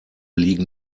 liegen